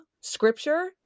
scripture